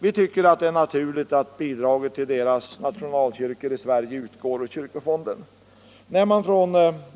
Vi tycker därför det är naturligt att bidrag till deras nationalkyrkor i Sverige utgår ur kyrkofonden.